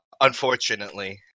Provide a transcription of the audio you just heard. unfortunately